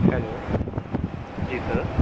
hello جی سر